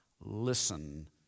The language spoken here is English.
listen